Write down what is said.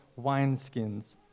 wineskins